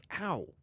ow